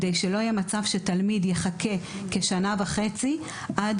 וכדי שלא יהיה מצב שתלמיד יחכה שנה וחצי עד